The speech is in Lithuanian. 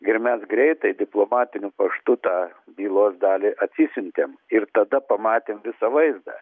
ir mes greitai diplomatiniu paštu tą bylos dalį atsisiuntėm ir tada pamatėm visą vaizdą